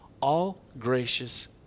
all-gracious